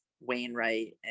Wainwright